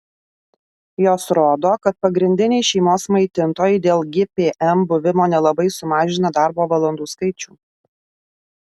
jos rodo kad pagrindiniai šeimos maitintojai dėl gpm buvimo nelabai sumažina darbo valandų skaičių